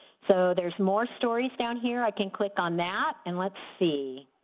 so there's more stories down here, i can click on that and let's see